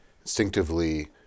instinctively